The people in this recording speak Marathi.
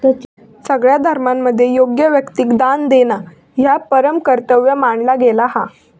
सगळ्या धर्मांमध्ये योग्य व्यक्तिक दान देणा ह्या परम कर्तव्य मानला गेला हा